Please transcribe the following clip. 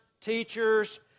teachers